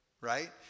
right